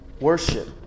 worship